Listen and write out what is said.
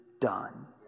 done